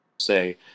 say